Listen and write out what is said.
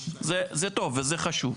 זה טוב וזה חשוב,